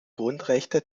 grundrechte